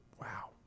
wow